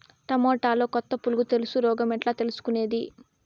టమోటాలో కొత్త పులుగు తెలుసు రోగం ఎట్లా తెలుసుకునేది?